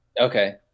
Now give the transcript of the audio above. Okay